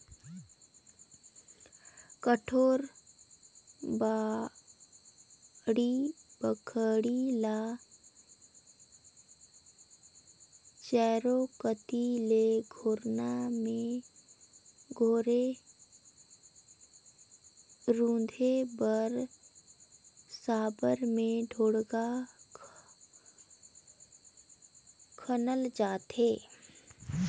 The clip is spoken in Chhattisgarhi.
कोठार, बाड़ी बखरी ल चाएरो कती ले घोरना मे रूधे बर साबर मे ढोड़गा खनल जाथे